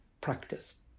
practice